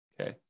okay